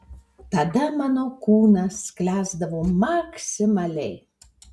tada mano kūnas sklęsdavo maksimaliai